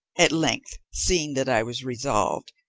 at length, seeing that i was resolved,